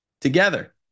together